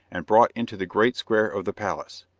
and brought into the great square of the palace.